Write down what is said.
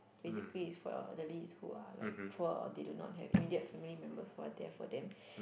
basically it's for elderlies who are like poor or they do not have immediate family members who are there for them